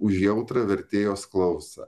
už jautrią vertėjos klausą